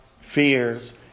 fears